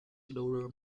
daughter